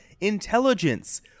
intelligence